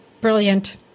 brilliant